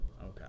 okay